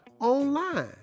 Online